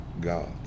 God